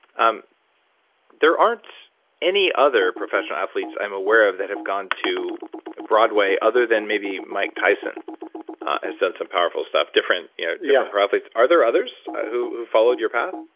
um there aren't any other professional athletes, i'm aware of that have gone to broadway other than maybe mike tyson has done some powerful stuff different you know yeah profits. are there others who who followed your path?